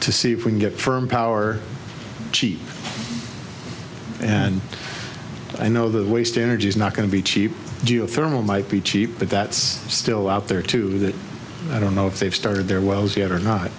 to see if we can get firm power cheap and i know the waste energy is not going to be cheap geothermal might be cheap but that's still out there too that i don't know if they've started their wells yet or not